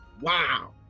wow